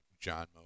John